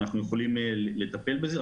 אנחנו יכולים לטפל בזה.